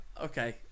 Okay